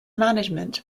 management